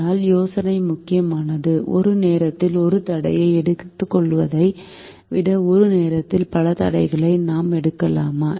ஆனால் யோசனை முக்கியமானது ஒரு நேரத்தில் ஒரு தடையை எடுத்துக்கொள்வதை விட ஒரு நேரத்தில் பல தடைகளை நான் எடுக்கலாமா